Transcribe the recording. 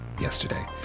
yesterday